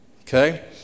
Okay